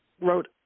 wrote